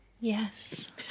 Yes